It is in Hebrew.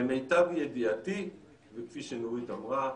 למיטב ידיעתי, וכפי שנורית אמרה,